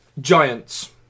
Giants